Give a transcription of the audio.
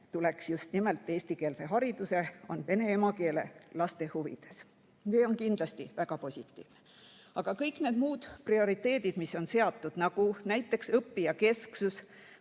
tuleks eestikeelsest haridusest, on vene emakeelega laste huvides. See on kindlasti väga positiivne. Aga kõik muud prioriteedid, mis on seatud, nagu näiteks õppijakesksus